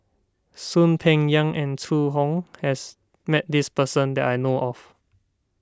Soon Peng Yam and Zhu Hong has met this person that I know of